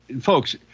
folks